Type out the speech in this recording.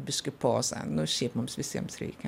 biškį poza nu šiaip mums visiems reikia